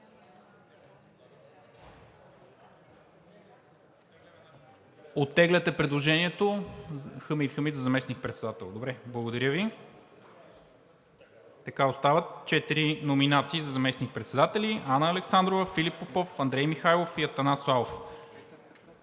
Оттегляте предложението Хамид Хамид за заместник-председател? Добре, благодаря Ви. Така остават четири номинации за заместник-председатели: Анна Александрова, Филип Попов, Андрей Михайлов и Атанас Славов.